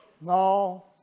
No